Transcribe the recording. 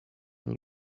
will